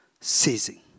ceasing